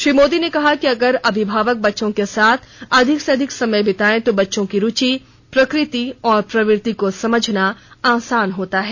श्री मोदी ने कहा कि अगर अभिभावक बच्चों के साथ अधिक से अधिक समय बिताएं तो बच्चों की रूचि प्रकृति और प्रवृत्ति को समझना आसान होता है